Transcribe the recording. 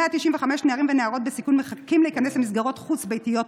195 נערים ונערות בסיכון מחכים להיכנס למסגרות חוץ-ביתיות,